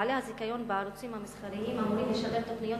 בעלי הזיכיון בערוצים המסחריים אמורים לשדר תוכניות